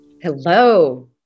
Hello